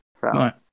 Right